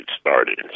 started